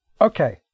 okay